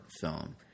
film